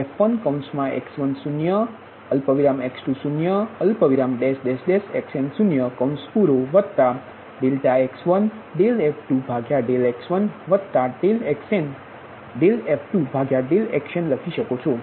તેથી y એટલે કે y1 બરાબર તમે f1x10x20 xn0∆x1f2x1∆xnf1xn લખી શકો છો